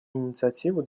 инициативу